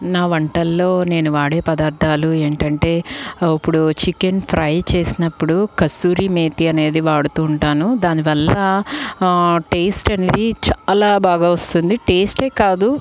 నా వంటల్లో నేను వాడే పదార్థాలు ఏంటంటే ఇప్పుడు చికెన్ ఫ్రై చేసినప్పుడు కస్తూరి మేతి అనేది వాడుతూ ఉంటాను దాని వల్ల టేస్ట్ అనేది చాలా బాగా వస్తుంది టేస్టే కాదు